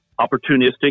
opportunistic